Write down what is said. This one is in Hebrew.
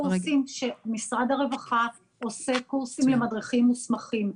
קורסים שמשרד הרווחה עושה קורסים למדריכים מוסמכים.